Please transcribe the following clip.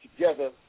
together